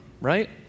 right